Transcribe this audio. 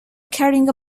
carrying